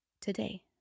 today